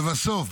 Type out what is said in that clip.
לבסוף,